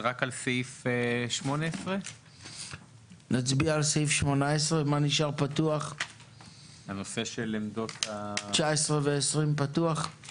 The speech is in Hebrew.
רק על סעיף 18. נצביע על סעיף 18. סעיפים 19 ו-20 פתוחים,